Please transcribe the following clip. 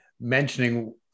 mentioning